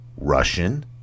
Russian